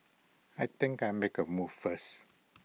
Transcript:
I think I'll make A move first